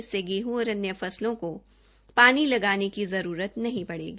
इससे गेहं और अन्य फसलों को पानी लगाने की जरूरत नहीं पढ़ेगी